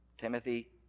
Timothy